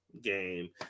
game